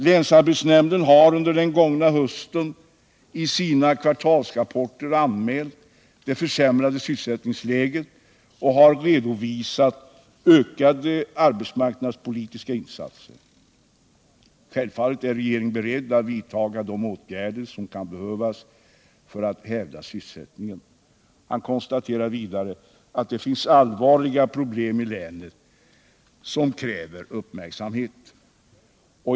Länsarbetsnämnden har under den gångna hösten i sina kvartalsrapporter anmält det försämrade sysselsättningsläget och har redovisat ökade arbetsmarknadspolitiska insatser. Självfallet är regeringen beredd att vidtaga de åtgärder som kan behövas för att hävda sysselsättningen.” Han konstaterar vidare att det finns allvarliga problem i länet som kräver uppmärksamhet.